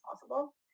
possible